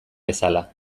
bezala